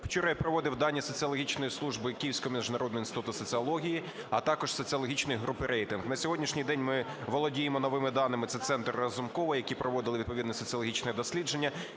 міжнародного інституту соціології, а також соціологічної групи "Рейтинг". На сьогоднішній день ми володіємо новими даними. Це Центр Разумкова, який проводив відповідне соціологічне дослідження.